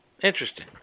Interesting